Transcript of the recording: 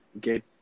get